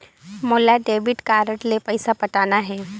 मोला debit card ले पइसा पटाना हे?